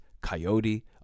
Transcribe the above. coyote